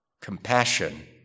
compassion